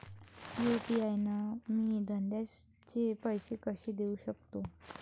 UPI न मी धंद्याचे पैसे कसे देऊ सकतो?